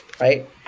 right